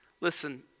Listen